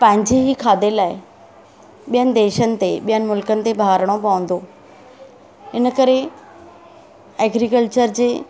पंहिंजे ई खाधे लाइ ॿियनि देशनि ते ॿियनि मुल्कनि ते भाड़णो पवंदो इनकरे एग्रीकल्चर जे